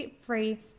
free